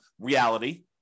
reality